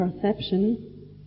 perception